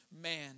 man